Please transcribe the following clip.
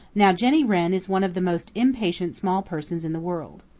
now jenny wren is one of the most impatient small persons in the world.